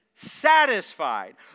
Satisfied